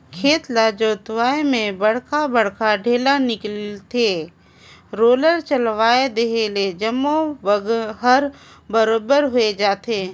खेत ल जोतवाए में बड़खा बड़खा ढ़ेला निकलथे, रोलर चलाए देहे ले जम्मो हर बरोबर होय जाथे